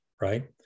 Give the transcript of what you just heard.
Right